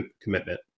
commitment